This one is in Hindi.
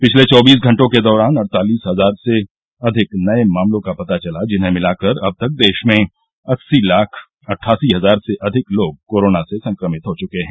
पिछले चौबीस घंटों के दौरान अड़तालिस हजार से अधिक नये मामलों का पता चला जिन्हें मिलाकर अब तक देश में अस्सी लाख अट्ठासी हजार से अधिक लोग कोरोना से संक्रमित हो चुके हैं